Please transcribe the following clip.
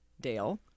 Dale